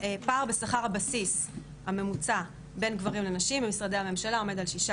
הפער בשכר הבסיס הממוצע בין גברים לנשים במשרדי הממשלה עומד על 16%,